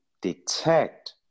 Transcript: detect